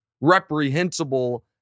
reprehensible